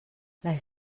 les